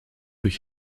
durch